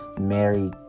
Mary